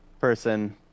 person